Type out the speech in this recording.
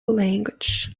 language